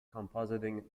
compositing